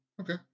Okay